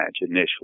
initially